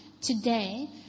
today